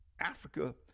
Africa